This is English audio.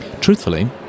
truthfully